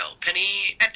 Penny